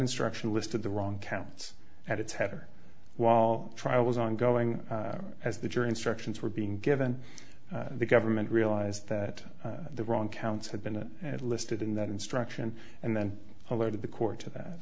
instruction listed the wrong counts at its hatter while trial was ongoing as the jury instructions were being given the government realized that the wrong counts had been listed in that instruction and then alerted the court to that